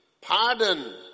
pardon